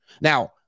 Now